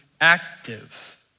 active